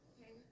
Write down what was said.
Okay